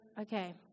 okay